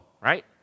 right